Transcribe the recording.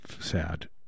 sad